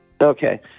Okay